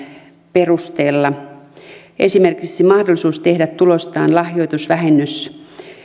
perusteella on mahdollista esimerkiksi tehdä tulostaan lahjoitusvähennys